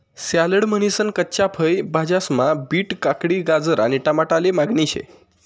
salad म्हनीसन कच्च्या फय भाज्यास्मा बीट, काकडी, गाजर आणि टमाटाले मागणी शे